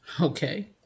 Okay